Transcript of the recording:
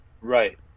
Right